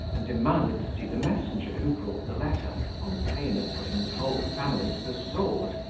and demanded to see the messenger who brought the letter on pain of putting his whole family to the sword.